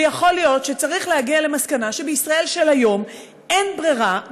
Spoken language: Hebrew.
ויכול להיות שצריך להגיע למסקנה שבישראל של היום אין ברירה,